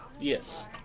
Yes